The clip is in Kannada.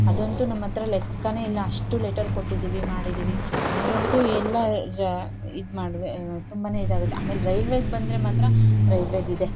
ಅದಂತೂ ನಮ್ಮ ಹತ್ರ ಲೆಕ್ಕನೇ ಇಲ್ಲ ಅಷ್ಟು ಲೆಟರ್ ಕೊಟ್ಟಿದ್ದೀವಿ ಮಾಡಿದ್ದೀವಿ ನಮಗಂತೂ ಎಲ್ಲ ರ ಇದು ಮಾಡುವೆ ತುಂಬಾ ಇದಾಗುತ್ತೆ ಆಮೇಲೆ ರೈಲ್ವೆಗೆ ಬಂದರೆ ಮಾತ್ರ ರೈಲ್ವೆದು ಇದೆ